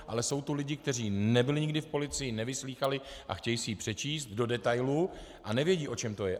Ale jsou tu lidi, kteří nebyli nikdy v policii, nevyslýchali a chtějí si ji přečíst do detailů a nevědí, o čem to je.